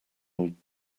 old